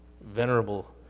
venerable